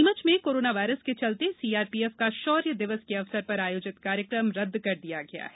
नीमच में कोरोनावायरस के चलते सीआरपीएफ का शौर्य दिवस के अवसर पर आयोजित कार्यक्रम रदद कर दिया गया है